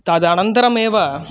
तदनन्तरमेव